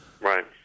Right